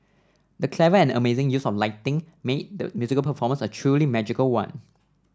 the clever and amazing use of lighting made the musical performance a truly magical one